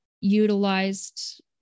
utilized